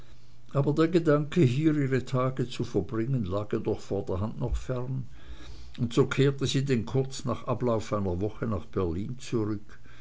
aber der gedanke hier ihre tage zu verbringen lag ihr doch vorderhand noch fern und so kehrte sie denn kurz nach ablauf einer woche nach berlin zurück